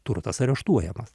turtas areštuojamas